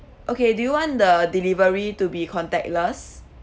okay do you want the delivery to be contactless